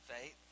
faith